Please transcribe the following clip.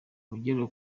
abagera